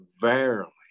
verily